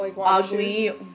ugly